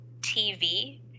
TV